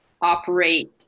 operate